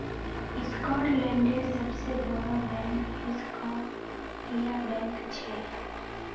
स्कॉटलैंडेर सबसे बोड़ो बैंक स्कॉटिया बैंक छे